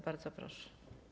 Bardzo proszę.